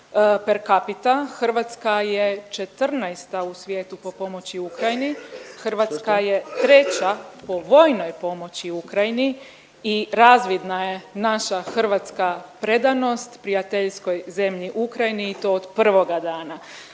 per capita Hrvatska je 14. u svijetu po pomoći Ukrajini, Hrvatska je 3. po vojnoj pomoći Ukrajini i razvidna je naša hrvatska predanost prijateljskoj zemlji Ukrajini i to od prvoga dana.